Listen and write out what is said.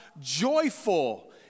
joyful